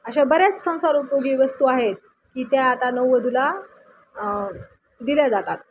अशा बऱ्याच संसार उपयोगी वस्तू आहेत की त्या आता नववधूला दिल्या जातात